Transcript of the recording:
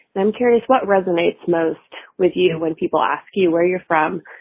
i'm curious what resonates most with you when people ask you where you're from?